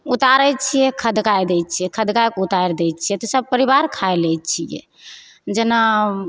उतारैत छियै खदकाए दै छियै खदकाए कऽ उतारि दै छियै तऽ सब परिबार खाइ लै छियै जेना